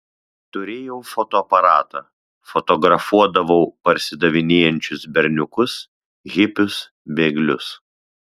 turėjau fotoaparatą fotografuodavau parsidavinėjančius berniukus hipius bėglius